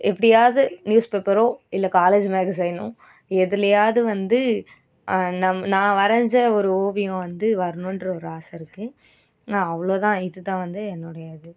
எப்படியாவது நியூஸ் பேப்பரோ இல்லை காலேஜ் மேகஸைனோ எதுலேயாவது வந்து நம் நான் வரைஞ்ச ஒரு ஓவியம் வந்து வரணும்ற ஒரு ஆசை இருக்குது நான் அவ்வளோதான் இதுதான் வந்து என்னோடைய இது